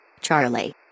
Charlie